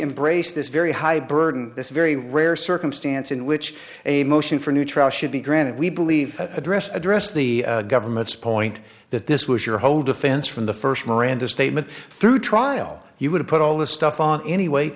embrace this very high burden this very rare circumstance in which a motion for a new trial should be granted we believe addressed address the government's point that this was your whole defense from the first miranda statement through trial you would put all this stuff on anyway